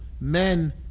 men